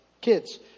kids